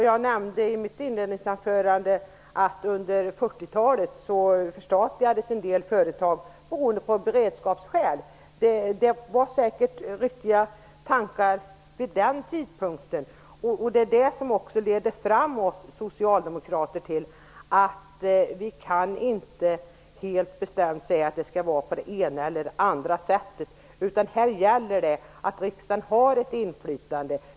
Jag nämnde i mitt inledningsanförande att en del företag förstatligades under 40-talet av beredskapsskäl. Det var säkert riktiga tankar vid den tidpunkten. Det är det som gör att vi socialdemokrater inte helt bestämt kan säga att det skall vara på det ena eller andra sättet. Här gäller det att riksdagen har ett inflytande.